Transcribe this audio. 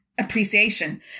Appreciation